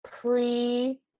pre